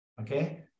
okay